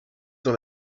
dans